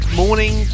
morning